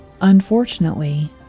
Unfortunately